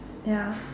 ya